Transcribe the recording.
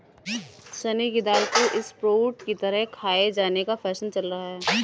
चने की दाल को स्प्रोउट की तरह खाये जाने का फैशन चल रहा है